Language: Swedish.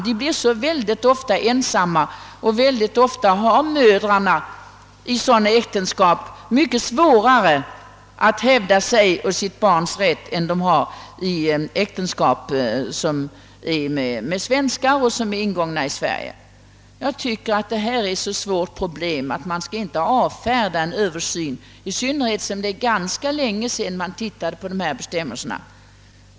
De blir så ofta ensamma, och mycket ofta har mödrarna i sådana äktenskap mycket svårare att hävda sin och sitt barns rätt än mödrarna i äktenskap med svenskar och som är ingångna i Sverige. Jag tycker att detta är ett så svårt problem att man inte skall motsätta sig detta önskemål om en översyn av bestämmelserna på detta område, i synnerhet som det är ganska länge sedan man gjorde en sådan översyn.